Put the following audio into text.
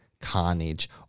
Carnage